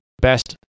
best